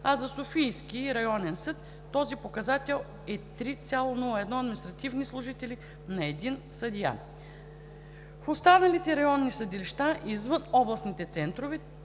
а за Софийския районен съд този показател е 3,01 административни служители на един съдия. В останалите районни съдилища извън областните центрове